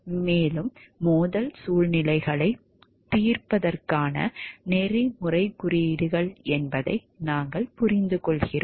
மேலும் மோதல் சூழ்நிலைகளைத் தீர்ப்பதற்கான நெறிமுறைக் குறியீடுகள் என்பதை நாங்கள் புரிந்துகொள்கிறோம்